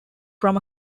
from